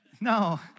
No